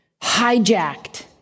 hijacked